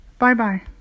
Bye-bye